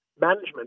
management